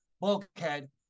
bulkhead